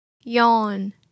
Yawn